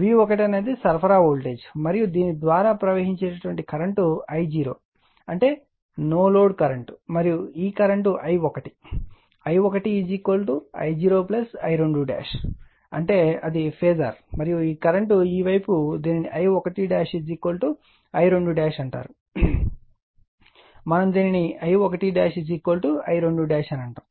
V1 అనేది సరఫరా voltage మరియు దీని ద్వారా ప్రవహించే కరెంట్ I0 అంటే నో లోడ్ కరెంట్ మరియు ఈ కరెంట్ I1I1 I0 I2 అంటే అది ఫేజార్ మరియు ఈ కరెంట్ ఈ వైపు దీనిని I1 I2 అని అంటారు మనం దీనిని I1 I2అని అంటాము